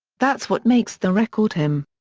that's what makes the record him.